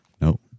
Nope